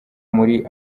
muri